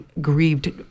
grieved